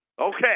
okay